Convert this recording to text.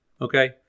okay